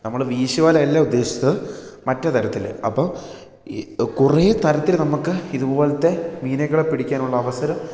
നമ്മൾ വീശുവല അല്ല ഉദ്ദേശിച്ചത് മറ്റ് തരത്തിൽ അപ്പം ഇ കുറെ തരത്തിൽ നമുക്ക് ഇതുപോലത്തെ മീനുകളെ പിടിക്കാനുള്ള അവസരം